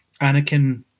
Anakin